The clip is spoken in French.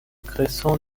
cresson